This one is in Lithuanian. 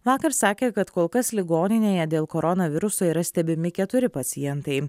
vakar sakė kad kol kas ligoninėje dėl koronaviruso yra stebimi keturi pacientai